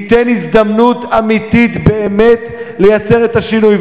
ייתן הזדמנות אמיתית באמת לייצר את השינויים.